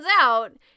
out